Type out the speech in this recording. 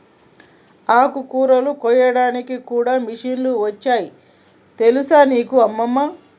ఆకుకూరలు కోయడానికి కూడా మిషన్లు వచ్చాయి తెలుసా నీకు అమ్మమ్మ